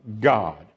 God